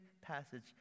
passage